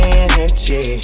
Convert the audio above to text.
energy